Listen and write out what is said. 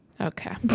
Okay